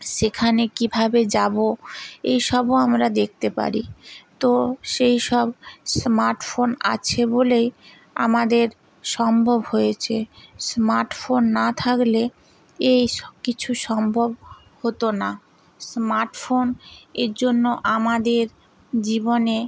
সেখানে কীভাবে যাবো এই সবও আমরা দেখতে পারি তো সেই সব স্মার্ট ফোন আছে বলেই আমাদের সম্ভব হয়েছে স্মার্ট ফোন না থাকলে এই সব কিছু সম্ভব হতো না স্মার্ট ফোনের জন্য আমাদের জীবনে